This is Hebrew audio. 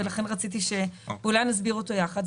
ולכן רציתי שאולי נסביר אותו יחד.